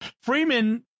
Freeman